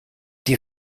die